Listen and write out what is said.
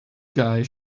guy